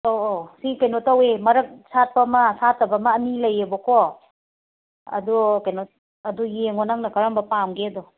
ꯑꯣ ꯑꯣ ꯁꯤ ꯀꯩꯅꯣ ꯇꯧꯋꯦ ꯃꯔꯛ ꯁꯥꯠꯄ ꯑꯃ ꯁꯥꯠꯇꯕ ꯑꯃ ꯑꯅꯤ ꯂꯩꯌꯦꯕꯀꯣ ꯑꯗꯣ ꯀꯩꯅꯣ ꯑꯗꯣ ꯌꯦꯡꯉꯣ ꯅꯪꯅ ꯀꯔꯝꯕ ꯄꯥꯝꯒꯦꯗꯣ